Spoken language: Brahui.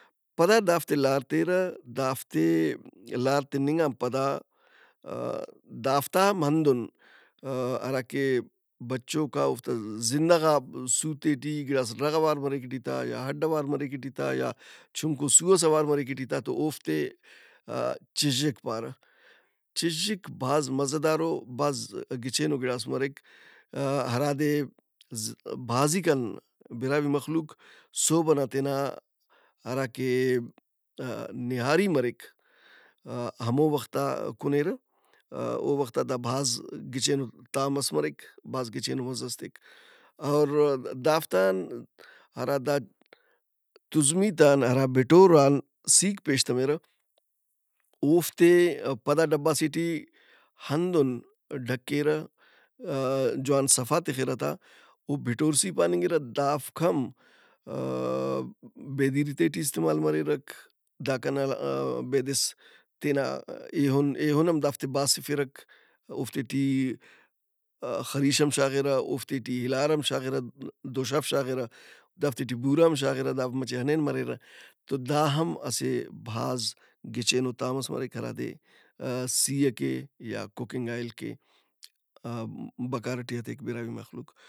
پدا دافتے لار تیرہ۔ دافتے لار تِننگ ان پدادافتام ہندن ہراکہ بچوکا اوفتا زندہ غا سُوتے ٹی گِڑاس رغ اوار مریک ای ٹی تا یا ہڈ اوار مریک ای ٹی تا یاچُھنکو سُو ئس اوار مریک ای ٹی تا تو اوفتے چِزِّک پارہ۔ چِزّک بھاز مزہ دارو بھازو گچینو گڑاس مریک۔ آ- ہرادے بھازی کن براہوئی مخلوق صحب ئنا تینا ہراکہ نیاری مریک۔ ہمو وخت آ کنیرہ۔ او وخت آ دا بھاز گچینو تام ئس مریک بھاز گچینو مزہس تیک۔ اور دافت ان ہرادا تُزمی دانا ہرا بٹوران سِیک پیش تمرہ۔ اوفتے پدا ڈبہ سے ٹی ہندن ڈھکرہ جوان صفا تخرہ تا او بٹور سِی پاننگرہ۔ دافک ہم بیدیرتے ٹی استعمال مریرہ۔ داکان بیدس تینا ایہن ایہن ہم دافتے باسفرہ۔ اوفتے ٹی ا-ا خریش ہم شاغرہ اوفتے ٹی اِلار ہم شاغرہ، دُشف شاغرہ، دافتے ٹی بُورہ ہم شاغِرہ دا مچہ ہنین مریرہ۔ تو داہم اسہ بھاز گچینو تام ئس مریک ہرادے سِی ئکہ یا کوکنگ آئل کہ بکار ئٹی ہتیک براہوئی مخلوق۔